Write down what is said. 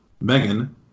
Megan